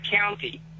County